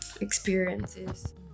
experiences